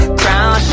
crown